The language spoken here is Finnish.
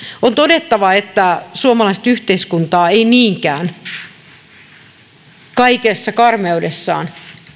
on todettava että suomalaista yhteiskuntaa ei niinkään haasta kaikessa karmeudessaan